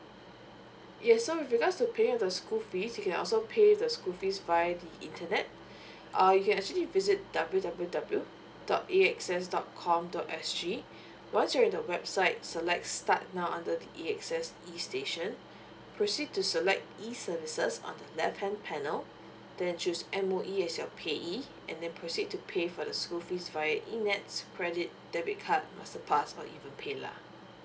yeah so with regards to paying the school fees you can also pay the school fees via the internet uh you can actually visit W W W dot A X S dot com dot S G once you're in the website select start now under the A_X_S e station proceed to select e services on the left hand panel then choose M_O_E as your payee and then proceed to pay for the school fees via eNETS credit debit card masterpass or even paylah